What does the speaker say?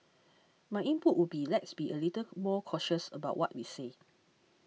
my input would be let's be a little more cautious about what we say